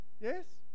yes